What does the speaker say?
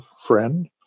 friend